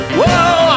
whoa